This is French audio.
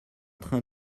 train